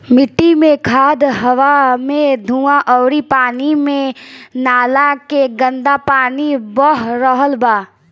मिट्टी मे खाद, हवा मे धुवां अउरी पानी मे नाला के गन्दा पानी बह रहल बा